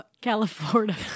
California